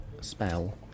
spell